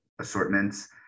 assortments